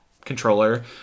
controller